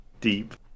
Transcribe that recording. deep